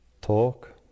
talk